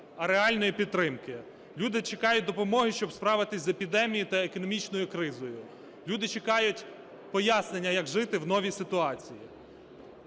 а реальної підтримки. Люди чекають допомоги, щоб справитись з епідемією та економічною кризою. Люди чекають пояснення, як жити в новій ситуації.